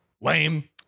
Lame